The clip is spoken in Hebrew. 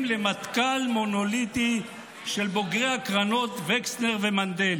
למטכ"ל מונוליטי של בוגרי הקרנות וקסנר ומנדל.